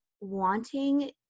wanting